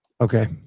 Okay